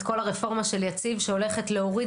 את כל הרפורמה של יציב שהולכת להוריד